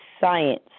science